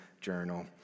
Journal